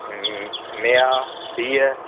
मेहा बीह